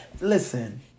listen